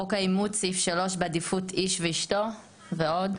חוק האימוץ סעיף 3 בעדיפות איש ואשתו, ועוד.